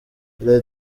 les